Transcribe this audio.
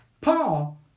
Paul